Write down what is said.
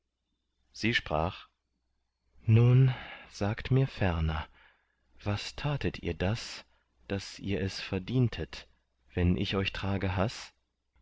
sie sprach nun sagt mir ferner was tatet ihr das daß ihr es verdientet wenn ich euch trage haß